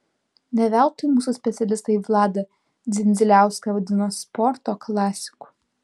ne veltui mūsų specialistai vladą dzindziliauską vadino sporto klasiku